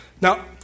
Now